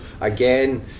Again